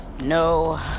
no